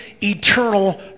eternal